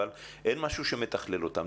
אבל אין משהו שמתכלל אותם.